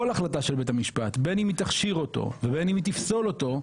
כל החלטה של בית המשפט בין אם היא תכשיר אותו ובין אם היא תפסול אותו,